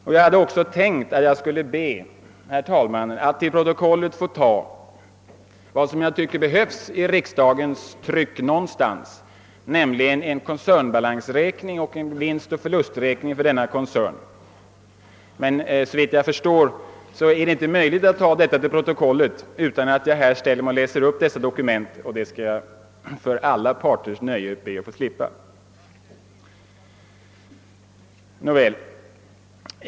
Jag hade också tänkt be herr talmannen att till protokollet få ta vad jag tycker behöver finnas någonstans i riksdagens tryck, nämligen en koncernbalansräkning och en vinstoch förlusträkning för koncernen. Men såvitt jag förstår är det inte möjligt att ta materialet till protokollet utan att jag läser upp dokumenten från talarstolen, och det skall jag till alla parters nöje be att få slippa. Nåväl!